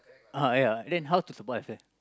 uh ya then how to survive eh